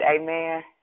Amen